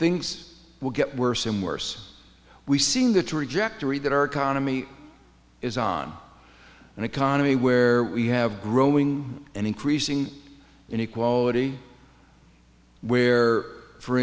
things will get worse and worse we've seen the trajectory that our economy is on an economy where we have growing and increasing inequality where for